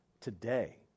today